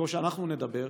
במקום שאנחנו נדבר,